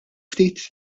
ftit